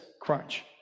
crunch